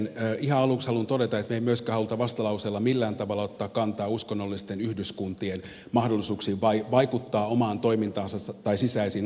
ihan aluksi haluan todeta että me emme myöskään halua vastalauseella millään tavalla ottaa kantaa uskonnollisten yhdyskuntien mahdollisuuksiin vaikuttaa omaan toimintaansa tai sisäisiin asioihinsa